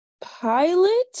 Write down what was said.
pilot